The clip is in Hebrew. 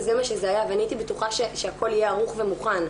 אז זה מה שזה היה ואני הייתי בטוחה שהכול יהיה ערוך ומוכן.